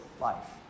life